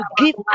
give